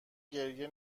گریه